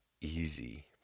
easy